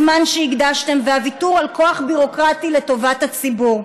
הזמן שהקדשתם והוויתור על כוח ביורוקרטי לטובת הציבור,